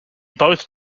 both